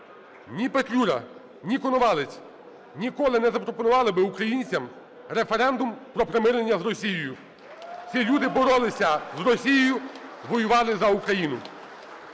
Ні Петлюра, ні Коновалець ніколи не запропонували би українцям референдум про примирення з Росією. Ці люди боролися з Росією, воювали за Україну.